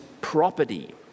property